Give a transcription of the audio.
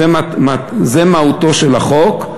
זו מהותו של החוק,